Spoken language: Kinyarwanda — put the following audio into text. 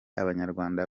abanyarwanda